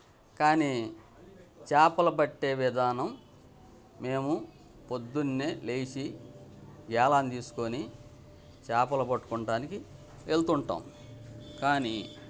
కానీ చాపలు పట్టే విధానం మేము పొద్దున్నే లేచి గేలాన్ని తీసుకోని చాపలు పట్టుకుంటానికి వెళ్తుంటాం కానీ